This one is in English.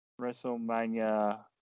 WrestleMania